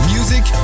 Music